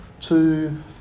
two